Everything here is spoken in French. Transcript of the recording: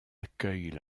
accueille